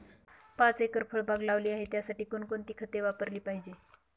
पाच एकर फळबाग लावली आहे, त्यासाठी कोणकोणती खते वापरली पाहिजे?